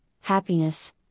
happiness